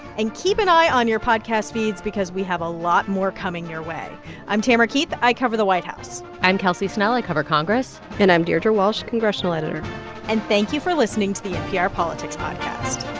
and keep an eye on your podcast feeds because we have a lot more coming your way i'm tamara keith. i cover the white house i'm kelsey snell. i cover congress and i'm deirdre walsh, congressional editor and thank you for listening to the npr politics podcast